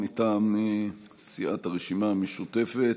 מטעם סיעת הרשימה המשותפת,